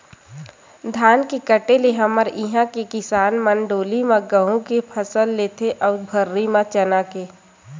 धान के कटे ले हमर इहाँ के किसान मन डोली मन म गहूँ के फसल लेथे अउ भर्री म चना के